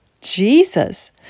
Jesus